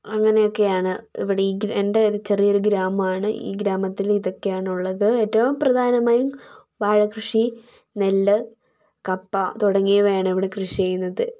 അങ്ങനെ ഒക്കെ ആണ് ഇവിടെ എൻ്റെ ഒരു ചെറിയ ഗ്രാമം ആണ് ഈ ഗ്രാമത്തിൽ ഇതൊക്കെ ആണ് ഉള്ളത് ഏറ്റവും പ്രധാനമായും വാഴക്കൃഷി നെല്ല് കപ്പ തുടങ്ങിയവയാണ് ഇവിടെ കൃഷി ചെയ്യുന്നത്